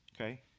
Okay